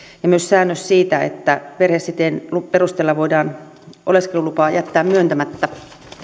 ja myös säännös siitä että perhesiteen perusteella voidaan oleskelulupa jättää myöntämättä